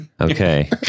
Okay